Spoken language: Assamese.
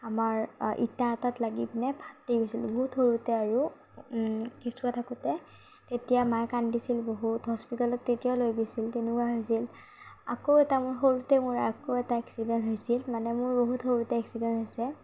আমাৰ ইটা এটাত লাগি পিনে ফাটি গৈছিল বহুত সৰুতে আৰু কেঁচুৱা থাকোঁতে তেতিয়া মায়ে কান্দিছিল বহুত হস্পিতালত তেতিয়াও লৈ গৈছিল তেনেকুৱা হৈছিল আকৌ এটা মোৰ সৰুতে মোৰ আকৌ এটা এক্সিডেণ্ট হৈছিল মানে মোৰ বহুত সৰুতে এক্সিডেণ্ট হৈছে